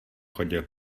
chodil